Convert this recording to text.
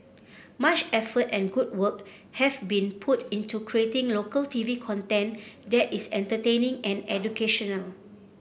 much effort and good work have been put into creating local T V content that is entertaining and educational